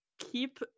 keep